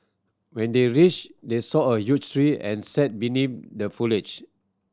when they reached they saw a huge tree and sat beneath the foliage